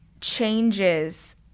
changes